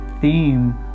theme